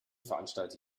veranstalte